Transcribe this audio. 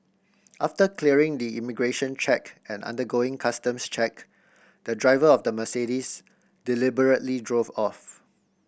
after clearing the immigration check and undergoing customs check the driver of the Mercedes deliberately drove off